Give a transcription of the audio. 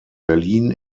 berlin